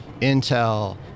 Intel